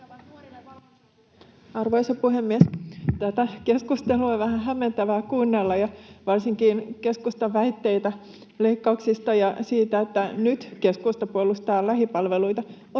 Arvoisa puhemies! Tätä keskustelua on vähän hämmentävää kuunnella, varsinkin keskustan väitteitä leikkauksista ja siitä, että nyt keskusta puolustaa lähipalveluita, ottaen